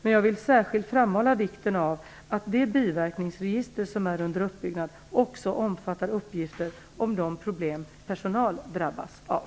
Men jag vill särskilt framhålla vikten av att det biverkningsregister som är under uppbyggnad också omfattar uppgifter om de problem personal drabbas av.